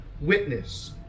witness